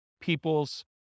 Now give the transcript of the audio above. people's